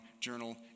journal